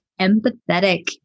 empathetic